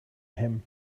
him